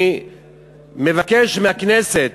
אני מבקש מהכנסת,